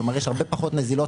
כלומר יש הרבה פחות נזילות,